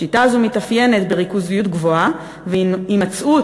השיטה הזאת מתאפיינת ב"ריכוזיות גבוהה והימצאות